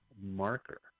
Marker